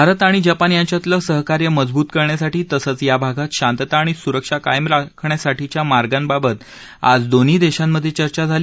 भारत आणि जपान यांच्यातलं सहकार्य मजबूत करण्यासाठी तसंच या भागात शांतता आणि स्रक्षा कायम राखण्यासाठीच्या मार्गांबाबत आज दोन्ही देशांमधे चर्चा झाली